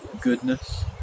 goodness